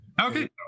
Okay